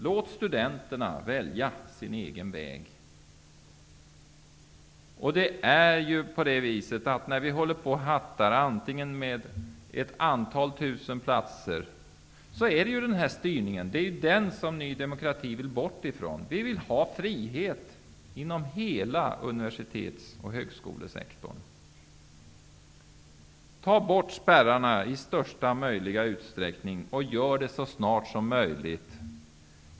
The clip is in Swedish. Låt studenterna välja sin egen väg! Vi håller på och hattar med ett antal tusen platser, men det är just den styrningen som Ny demokrati vill bort ifrån. Vi vill ha frihet inom hela universitets och högskolesektorn. Ta bort spärrarna i största möjliga utsträckning, och gör det så snart som möjligt!